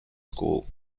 school